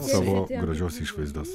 savo gražios išvaizdos